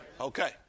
Okay